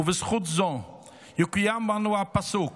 ובזכות זה יקוים בנו הפסוק: